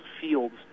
fields